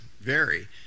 vary